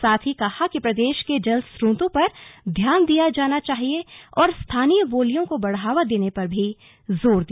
साथ ही कहा कि प्रदेश के जलस्रोतों पर ध्यान दिया जाना चाहिए और स्थानीय बोलियों को बढ़ावा देने पर भी उन्होंने जोर दिया